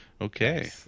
Okay